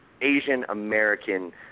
Asian-American